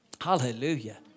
Hallelujah